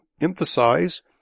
emphasize